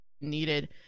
needed